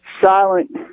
silent